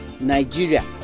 Nigeria